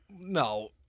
No